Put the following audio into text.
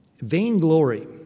Vainglory